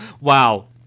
Wow